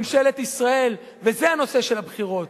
וזה הנושא של הבחירות,